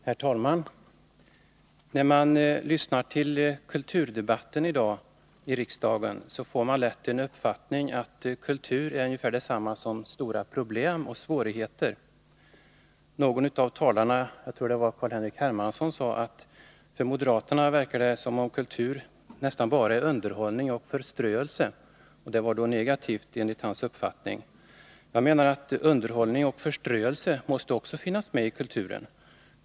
Herr talman! När man lyssnar till dagens kulturdebatt i riksdagen får man lätt uppfattningen att kultur är ungefär detsamma som stora problem och svårigheter. Någon av talarna — jag tror det var Carl-Henrik Hermansson — sade att det verkade som om kultur för moderaterna nästan bara var underhållning och förströelse. Det var enligt hans uppfattning negativt. Jag menar att också underhållning och förströelse måste finnas med i kulturen.